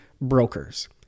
brokers